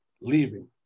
Leaving